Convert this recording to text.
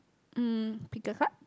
um pick a card